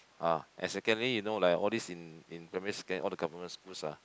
ah and secondly you know like all this in in primary second all the Government schools ah